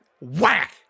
whack